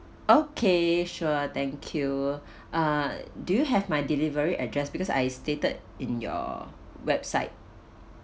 okay sure thank you uh do you have my delivery address because I stated in your website